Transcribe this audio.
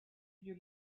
you